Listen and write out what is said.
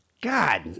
God